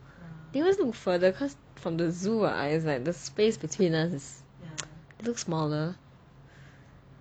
they always look further cause from the zoo what I was like the space between us is looks smaller